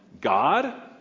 God